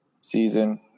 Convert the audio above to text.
season